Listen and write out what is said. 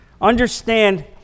Understand